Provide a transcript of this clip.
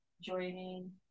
joining